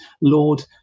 Lord